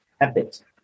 habit